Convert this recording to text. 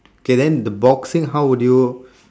okay then the boxing how would you